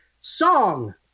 Song